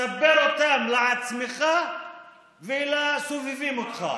ספר אותם לעצמך ולסובבים אותך.